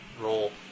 roll